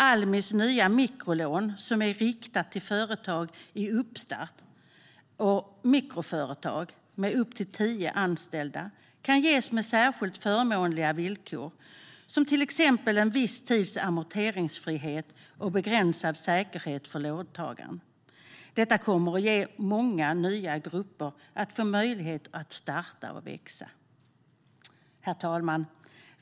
Almis nya mikrolån som är riktat till företag i uppstart och mikroföretag med upp till tio anställda kan ges med särskilt förmånliga villkor, till exempel en viss tids amorteringsfrihet och begränsade säkerheter för låntagarna. Detta kommer att göra det möjligt för många nya grupper att starta och växa. Herr talman!